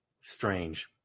strange